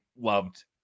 loved